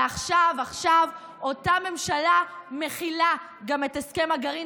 ועכשיו אותה ממשלה מכילה גם את הסכם הגרעין